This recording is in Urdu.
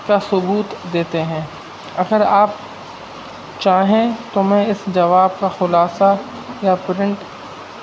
کا ثبوت دیتے ہیں اگر آپ چاہیں تو میں اس جواب کا خلاصہ یا پرنٹ